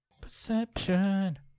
Perception